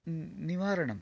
निवारणं